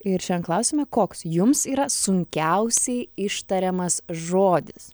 ir šian klausime koks jums yra sunkiausiai ištariamas žodis